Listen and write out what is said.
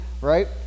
right